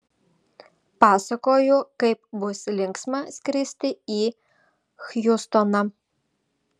pasakoju kaip bus linksma skristi į hjustoną